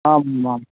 आम् आम्